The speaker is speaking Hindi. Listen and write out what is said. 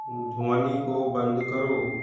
ध्वनि को बंद करो